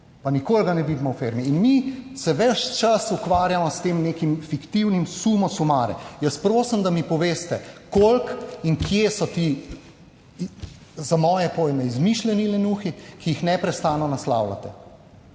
pa nikoli ga ne vidimo v firmi. In mi se ves čas ukvarjamo s tem nekim fiktivnim summa summarum. Prosim, da mi poveste, koliko in kje so ti za moje pojme izmišljeni lenuhi, ki jih neprestano naslavljate.